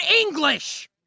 English